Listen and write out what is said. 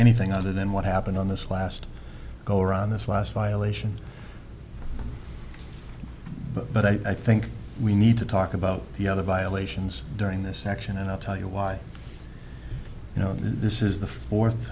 anything other than what happened on this last go around this last violation but i think we need to talk about the other violations during this section and i'll tell you why you know this is the fourth